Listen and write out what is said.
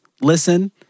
listen